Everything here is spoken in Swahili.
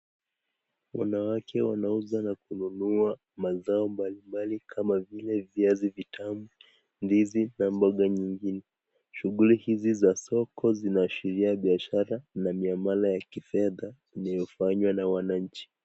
Wanawake wanauza na kununua mazao mbalimbali kama vile viazi vitamu, ndizi na mboga nyingine. Shughuli hizi za soko zinaashiria biashara na miamala ya kifedha inayofanywa na wananchi.